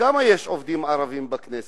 כמה עובדים ערבים יש בכנסת?